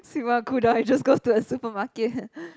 he just goes to the supermarket